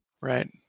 Right